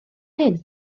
hyn